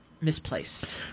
misplaced